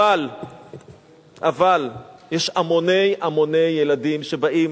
אבל יש המוני המוני ילדים שבאים,